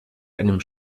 einem